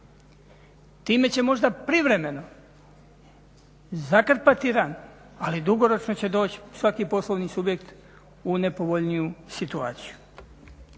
Time će možda privremeno zakrpati ranu, ali dugoročno će doći svaki poslovni subjekt u nepovoljniju situaciju.